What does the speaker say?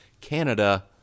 Canada